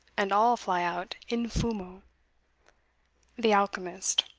and all fly out in fumo the alchemist.